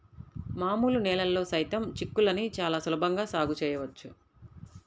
మామూలు నేలల్లో సైతం చిక్కుళ్ళని చాలా సులభంగా సాగు చేయవచ్చు